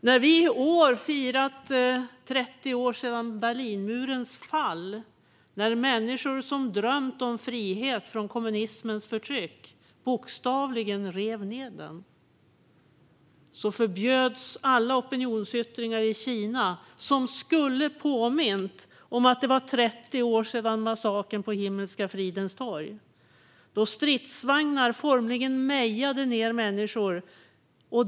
När vi i år har firat att det är 30 år sedan Berlinmuren föll, då människor som drömt om frihet från kommunismens förtryck bokstavligen rev ned den, förbjöds alla opinionsyttringar i Kina som skulle påmint om att det var 30 år sedan massakern på Himmelska fridens torg inträffade. Stridsvagnar mejade formligen ned människor.